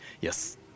Yes